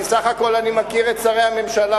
כי בסך הכול אני מכיר את שרי הממשלה.